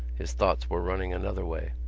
his thoughts were running another way.